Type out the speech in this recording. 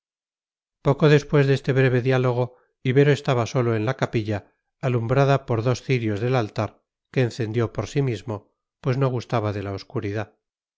poco después de este breve diálogo ibero estaba solo en la capilla alumbrada por dos cirios del altar que encendió por sí mismo pues no gustaba de la obscuridad